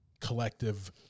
collective